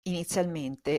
inizialmente